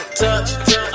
Touch